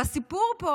הסיפור פה,